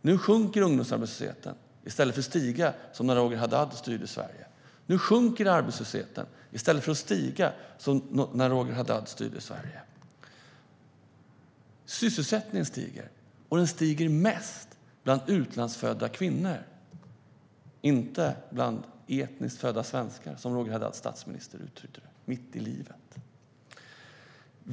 Nu sjunker ungdomsarbetslösheten i stället för att stiga som när Roger Haddad styrde Sverige. Nu sjunker arbetslösheten i stället för att stiga som när Roger Haddad styrde Sverige. Sysselsättningen stiger, och den stiger mest bland utlandsfödda kvinnor - inte bland etniska svenskar mitt i livet, som Roger Haddads statsminister uttryckte det.